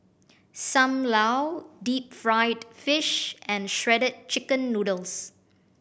Sam Lau deep fried fish and Shredded Chicken Noodles